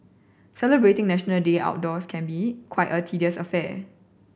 celebrating National Day outdoors can be quite a tedious affair